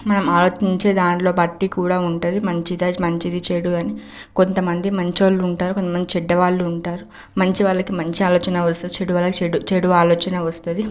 మనం ఆలోచించే దాంట్లో బట్టి కూడా ఉంటుంది మంచిదా మంచిది చెడు అని కొంత మంది మంచోళ్ళు ఉంటారు కొంత మంది చెడ్దవాళ్ళు ఉంటారు మంచివాళ్ళకి మంచి ఆలోచనే వస్తుంది చెడ్డవాళ్ళకి చెడు చెడు ఆలోచనే వస్తుంది